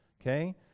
Okay